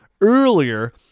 earlier